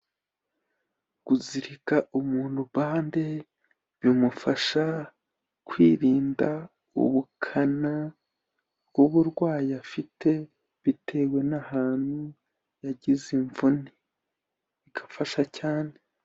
Kuzirika umuntu bande, bimufasha kwirinda ubukana bw'uburwayi afite, bitewe n'ahantu yagize imvune, bigafasha cyane.